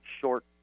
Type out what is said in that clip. short